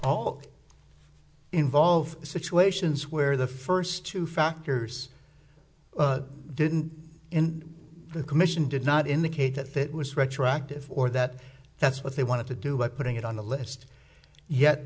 all involve situations where the first two factors but didn't in the commission did not indicate that that was retroactive or that that's what they wanted to do but putting it on the list yet